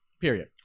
Period